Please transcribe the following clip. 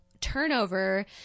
turnover